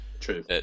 True